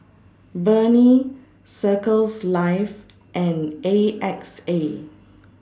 Burnie Circles Life and A X A